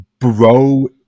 bro